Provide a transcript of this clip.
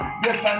yes